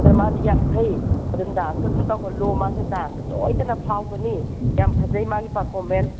ꯑꯗ ꯃꯥꯗꯤ ꯌꯥꯝꯅ ꯐꯩ ꯑꯗꯨꯝ ꯗꯥꯟꯁꯁꯨ ꯑꯗꯨꯝ ꯇꯧꯍꯜꯂꯨ ꯃꯥꯁꯦ ꯗꯥꯟꯁꯁꯨ ꯁꯣꯏꯗꯅ ꯐꯥꯎꯒꯅꯤ ꯌꯥꯝꯅ ꯐꯖꯩ ꯃꯥꯒꯤ ꯄꯥꯔꯐꯣꯃꯦꯟꯁ